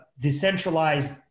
decentralized